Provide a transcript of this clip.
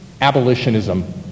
abolitionism